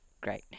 Great